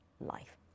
life